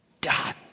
done